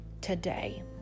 today